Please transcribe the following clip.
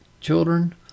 children